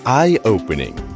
eye-opening